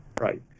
right